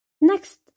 Next